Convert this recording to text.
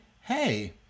hey